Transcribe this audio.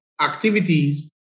activities